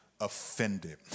offended